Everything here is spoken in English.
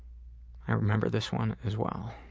i remember this one as well.